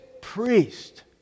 priest